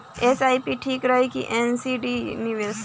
SIP ठीक रही कि एन.सी.डी निवेश?